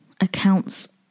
accounts